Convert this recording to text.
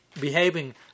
behaving